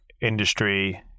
industry